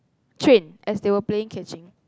train as they were playing catching